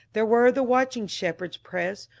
there where the watching shepherds pressed,